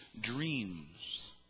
dreams